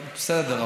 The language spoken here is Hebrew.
בסדר,